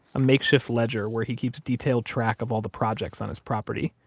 a makeshift ledger where he keeps detailed track of all the projects on his property.